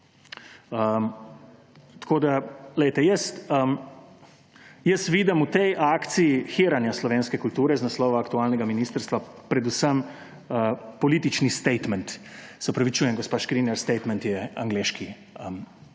odkar jih imate? Tako vidim v tej akciji hiranja slovenske kulture z naslova aktualnega ministrstva predvsem politični statement. Se opravičujem gospa Škrinjar, statement je angleški izraz.